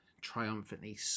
triumphantly